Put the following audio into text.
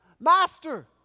Master